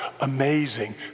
amazing